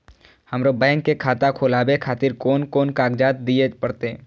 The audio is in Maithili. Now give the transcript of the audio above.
हमरो बैंक के खाता खोलाबे खातिर कोन कोन कागजात दीये परतें?